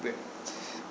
where